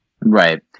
Right